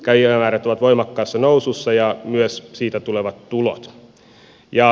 kävijämäärät ovat voimakkaassa nousussa ja myös siitä tulevat tulot